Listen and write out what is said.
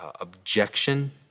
objection